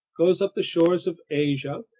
goes up the shores of asia,